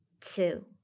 two